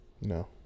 No